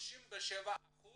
37%